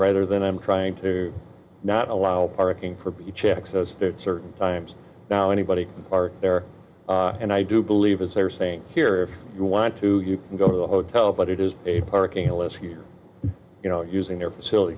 rather than i'm trying to not allow parking for p checks as certain times now anybody can park there and i do believe as they are saying here if you want to you can go to the hotel but it is a parking unless you you know using their facilit